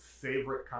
favorite